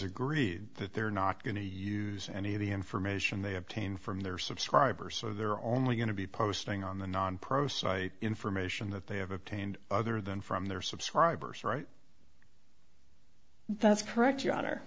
agreed that they're not going to use any of the information they obtain from their subscribers so they're only going to be posting on the non pros site information that they have obtained other than from their subscribers right that's correct you